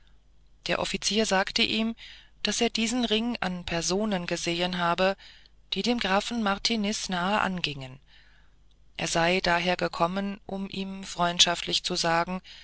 der offizier sagte ihm daß er diesen ring an personen gesehen habe die dem grafen martiniz nahe angingen er sei daher gekommen um ihm freundschaftlich zu sagen